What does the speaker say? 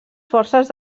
forces